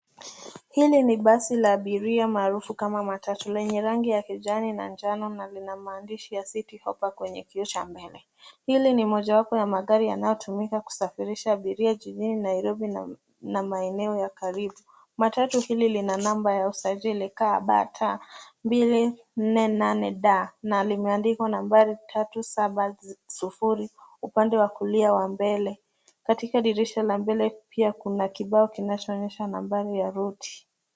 Hili ni basi la abiria marufu kama matatu lenye rangi ya kijani na njano na lina maandishi ya Citi Hoppa kwenye kioo cha mbele. Hili ni mmojawapo ya magari yanayotumika kusafirisha abiria jijini Nairobi na maeneo ya karibu. Matatu hili lina namba ya usajili KBT 248D na limeandikwa nambari tatu saba sufuri upande wa kulia wa mbele. Katika dirisha la mbele pia kuna kibao kinachonyesha namba ya ruti.